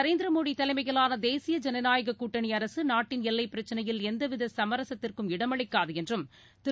நரேந்திர மோடி தலைமையிலான தேசிய ஜனநாயக கூட்டணி அரசு நாட்டின் எல்லைப் பிரச்சினையில் எந்தவித சமரசத்திற்கும் இடமளிக்காது என்றும் திரு